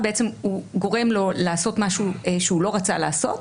הוא גורם לו לעשות משהו שהוא לא רצה לעשות,